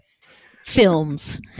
films